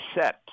set